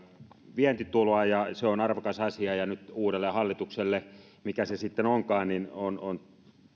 vientituloa ja se on arvokas asia ja nyt uudelle hallitukselle mikä se sitten onkaan on on